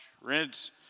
rinse